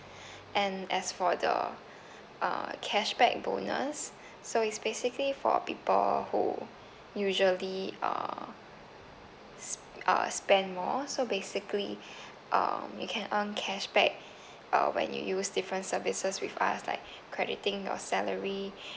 and as for the uh cashback bonus so it's basically for people who usually uh s~ uh spend more so basically um you can earn cashback uh when you use different services with us like crediting your salary